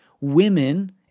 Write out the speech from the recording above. Women